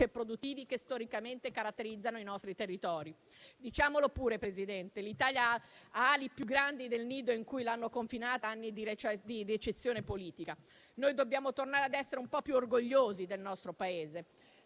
produttivi che storicamente caratterizzano i nostri territori. Diciamolo pure, signor Presidente, l'Italia ha ali più grandi del nido in cui l'hanno confinata anni di recessione politica. Noi dobbiamo tornare ad essere più orgogliosi del nostro Paese.